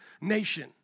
nation